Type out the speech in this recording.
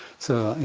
so,